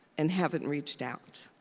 and haven't reached out.